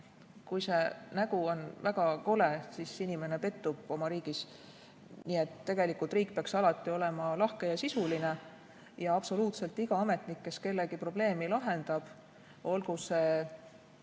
kui see nägu on väga kole, siis inimene pettub oma riigis. Nii et tegelikult riik peaks alati olema lahke ja sisuline. Ja absoluutselt iga ametnik, kes kellegi probleemi lahendab, olgu see